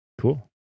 Cool